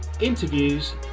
Interviews